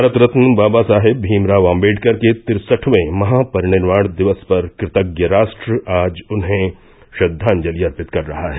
भारत रत्न बाबा साहेब भीमराव आम्बेडकर के तिरसठवें महापरिनिर्वाण दिवस पर कृतज्ञ राष्ट्र आज उन्हें श्रद्वांजलि अर्पित कर रहा है